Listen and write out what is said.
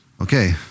okay